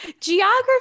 Geography